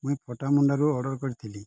ମୁଇଁ ଖୋଟା ମୁଣ୍ଡାରୁ ଅର୍ଡ଼ର କରିଥିଲି